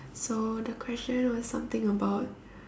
so the question was something about